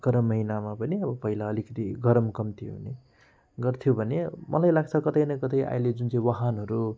गरम महिनामा पनि अब पहिला अलिकति गरम कम्ती हुने गर्थ्यो भने मलाई लाग्छ कतै न कतै अहिले जुन चाहिँ वाहनहरू